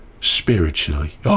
spiritually